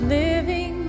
living